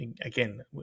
again